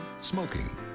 Smoking